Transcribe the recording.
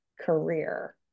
career